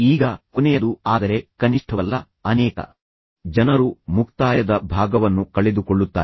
ಈಗ ಕೊನೆಯದು ಆದರೆ ಕನಿಷ್ಠವಲ್ಲ ಅನೇಕ ಜನರು ಮುಕ್ತಾಯದ ಭಾಗವನ್ನು ಕಳೆದುಕೊಳ್ಳುತ್ತಾರೆ